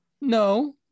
No